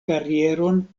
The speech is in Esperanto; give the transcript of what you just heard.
karieron